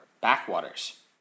backwaters